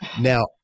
now